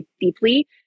deeply